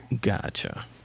Gotcha